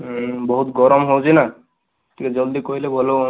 ବହୁତ ଗରମ ହେଉଛି ନା ଟିକେ ଜଲ୍ଦି କହିଲେ ଭଲ ହୁଅନ୍ତା